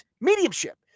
Mediumship